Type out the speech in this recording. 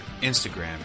Instagram